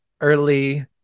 early